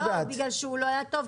בגלל שהוא לא היה טוב,